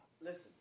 listen